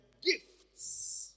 gifts